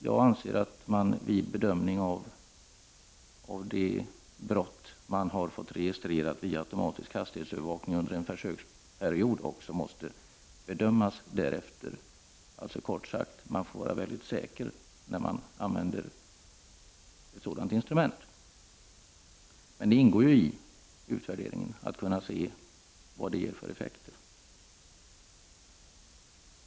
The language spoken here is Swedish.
Jag anser att man vid bedömning av brott man har registrerat via automatisk hastighetsövervakning under en försöksperiod måste handla därefter, kort sagt, man måste vara väldigt säker på att det blir rätt när man använder ett sådant instrument. Men detta ingår i utvärderingen, att se vad det blir för effekter.